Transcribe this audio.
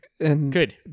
Good